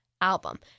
album